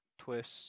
Twist